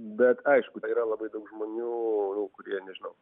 bet aišku tai yra labai daug žmonių kurie nežinau